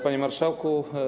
Panie Marszałku!